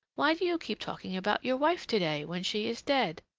why do you keep talking about your wife to-day, when she is dead?